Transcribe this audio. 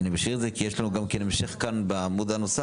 נשאיר את זה, כי יש לנו גם המשך בעמוד הנוסף,